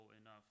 enough